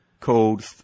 called